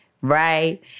right